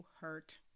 hurt